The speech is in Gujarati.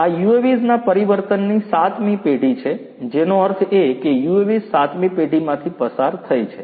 આ UAVs ના પરિવર્તનની 7 મી પેઢી છે જેનો અર્થ એ કે UAVs 7 મી પેઢીમાંથી પસાર થઈ છે